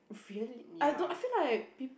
really I don't I feel like